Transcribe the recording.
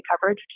coverage